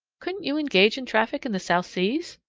couldn't you engage in traffic in the south seas?